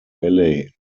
valley